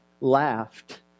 laughed